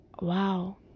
wow